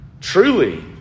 Truly